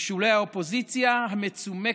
בשולי האופוזיציה המצומקת,